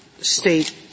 state